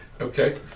Okay